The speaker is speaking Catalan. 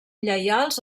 lleials